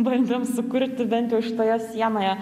bandėm sukurti bent jau šitoje sienoje